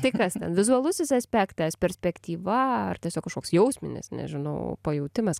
tai kas vizualusis aspektas perspektyva ar tiesiog kažkoks jausminis nežinau pajautimas